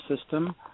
system